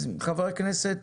אז חברי כנסת